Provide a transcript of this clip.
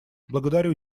благодарю